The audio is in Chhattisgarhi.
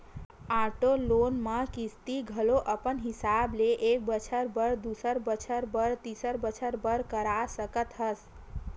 आटो लोन म किस्ती घलो अपन हिसाब ले एक बछर बर, दू बछर बर, तीन बछर बर करा सकत हस